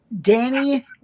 danny